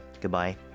Goodbye